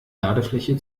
ladefläche